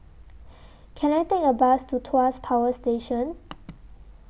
Can I Take A Bus to Tuas Power Station